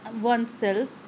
oneself